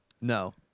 No